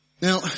Now